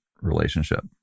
relationship